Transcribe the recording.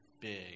big